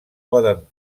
poden